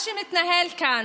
מה שמתנהל כאן,